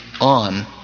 on